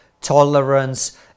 tolerance